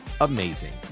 amazing